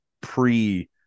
pre